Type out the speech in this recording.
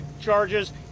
charges